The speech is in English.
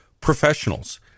professionals